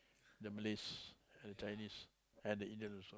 the Malays and the Chinese and the Indians also